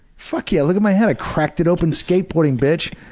fuck yeah, look at my head. i cracked it open skateboarding, bitch.